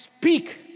speak